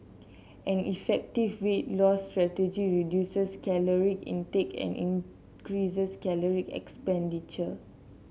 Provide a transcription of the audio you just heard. an effective weight loss strategy reduces caloric intake and increases caloric expenditure